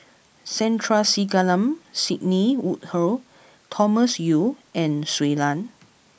Sandrasegaran Sidney Woodhull Thomas Yeo and Shui Lan